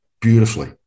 beautifully